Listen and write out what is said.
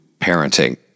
parenting